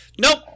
Nope